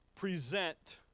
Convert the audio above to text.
Present